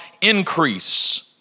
increase